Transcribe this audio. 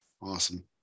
awesome